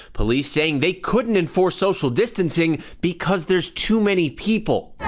police saying they couldn't and for social distancing because there's too many people.